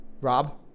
Rob